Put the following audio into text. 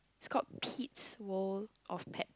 is called Pete's World of Pet